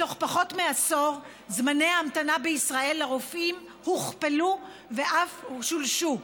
בתוך פחות מעשור זמני ההמתנה בישראל לרופאים הוכפלו ואף שולשו.